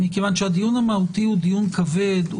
הדיון המהותי הוא דיון כבד,